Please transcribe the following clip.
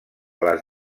les